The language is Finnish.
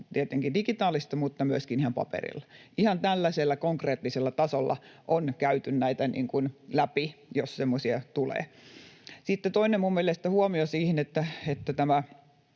tietenkin digitaalisesti että myöskin ihan paperilla. Ihan tällaisella konkreettisella tasolla on käyty näitä läpi, jos semmoisia tulee. Sitten toinen huomio siihen, että tämä